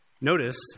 Notice